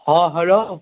ہاں ہیلو